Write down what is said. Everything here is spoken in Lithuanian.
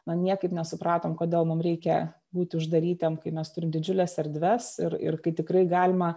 na niekaip nesupratom kodėl mum reikia būti uždarytiem kai mes turim didžiules erdves ir ir kai tikrai galima